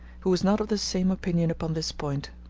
who was not of the same opinion upon this point.